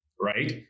right